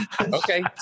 Okay